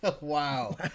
Wow